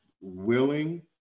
willing